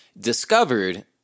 discovered